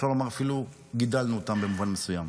אפשר לומר אפילו גידלנו אותם במובן מסוים.